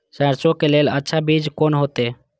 सरसों के लेल अच्छा बीज कोन होते?